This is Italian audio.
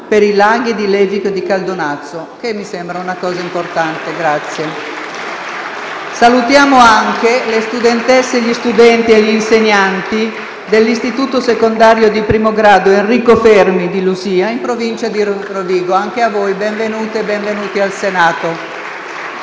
per i laghi di Levico e Caldonazzo, che mi sembra una cosa importante. Salutiamo anche le studentesse, gli studenti e gli insegnanti dell'Istituto secondario di primo grado «Enrico Fermi» di Lusia, in provincia di Rovigo. Anche a voi benvenuti al Senato